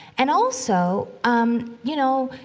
and also, um, you know,